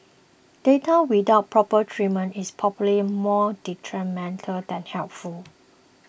data without proper treatment is probably more detrimental than helpful